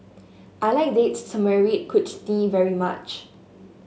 I like Date Tamarind Chutney very much